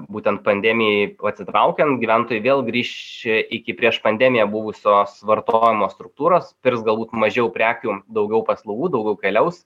būtent pandemijai atsitraukiant gyventojai vėl grįš iki prieš pandemiją buvusios vartojimo struktūros pirks galbūt mažiau prekių daugiau paslaugų daugiau keliaus